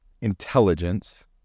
intelligence